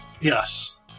Yes